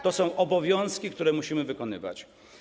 To są obowiązki, które musimy wykonywać.